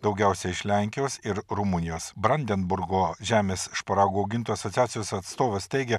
daugiausiai iš lenkijos ir rumunijos brandenburgo žemės šparagų augintojų asociacijos atstovas teigia